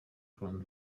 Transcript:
kolem